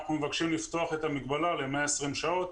אנחנו מבקשים לפתוח את המגבלה ל-120 שעות,